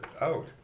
out